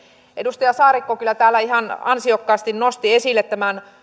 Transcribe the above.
edustaja saarikko kyllä täällä ihan ansiokkaasti nosti esille tämän